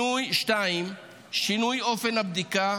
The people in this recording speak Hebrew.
2. שינוי אופן הבדיקה